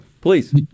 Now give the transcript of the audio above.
please